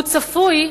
הוא צפוי,